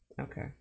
Okay